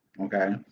okay